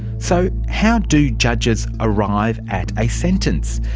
so, how do judges arrive at a sentence?